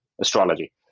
astrology